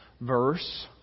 verse